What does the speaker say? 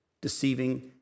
deceiving